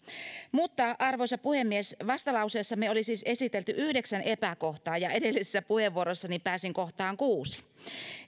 arvoisa puhemies vastalauseessamme on siis esitelty yhdeksän epäkohtaa ja edellisessä puheenvuorossani pääsin kohtaan kuusi